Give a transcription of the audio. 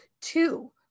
Two